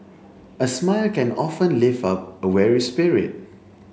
a smile can often lift up a weary spirit